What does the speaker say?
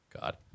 God